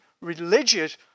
religious